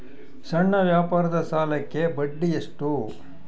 ಸಣ್ಣ ವ್ಯಾಪಾರದ ಸಾಲಕ್ಕೆ ಬಡ್ಡಿ ಎಷ್ಟು?